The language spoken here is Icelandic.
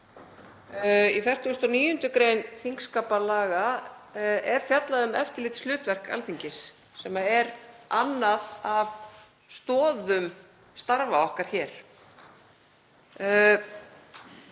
Í 49. gr. þingskapalaga er fjallað um eftirlitshlutverk Alþingis sem er önnur af stoðum starfa okkar hér.